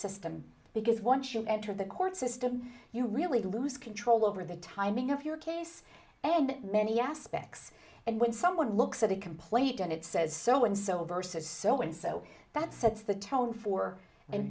system because once you enter the court system you really lose control over the timing of your case and many aspects and when someone looks at a complaint and it says so and so versus so and so that sets the tone for an